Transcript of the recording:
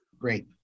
Great